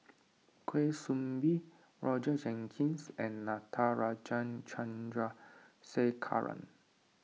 Kwa Soon Bee Roger Jenkins and Natarajan Chandrasekaran